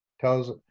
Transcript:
tells